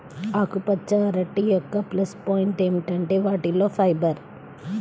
ఆకుపచ్చ అరటి యొక్క ప్లస్ పాయింట్ ఏమిటంటే వాటిలో ఫైబర్